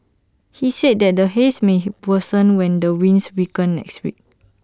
he said that the haze may worsen when the winds weaken next week